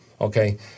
okay